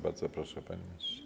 Bardzo proszę, panie ministrze.